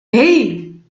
hey